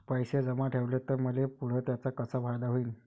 पैसे जमा ठेवले त मले पुढं त्याचा कसा फायदा होईन?